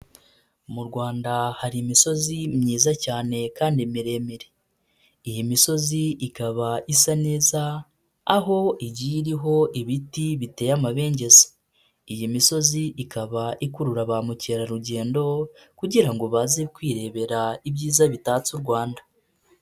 Mu Rwanda hari imisozi myiza cyane kandi miremire, iyi misozi ikaba isa neza aho igiye iriho ibiti biteye amabengeza, iyi misozi ikaba ikurura ba mukerarugendo kugira ngo baze kwirebera ibyiza bitatse u Rwanda.